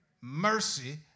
mercy